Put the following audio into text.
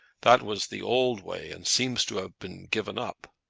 that was the old way, and seems to have been given up.